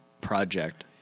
project